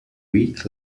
week